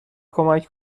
کمک